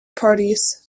parties